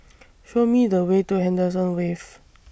Show Me The Way to Henderson Wave